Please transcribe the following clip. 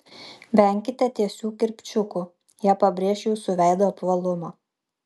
venkite tiesių kirpčiukų jie pabrėš jūsų veido apvalumą